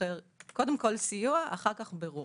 קודם סיוע ואז בירור.